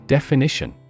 Definition